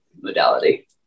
modality